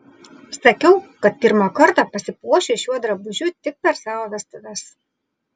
sakiau kad pirmą kartą pasipuošiu šiuo drabužiu tik per savo vestuves